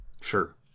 sure